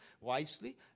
wisely